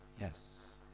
Yes